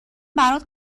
برات